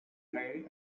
hay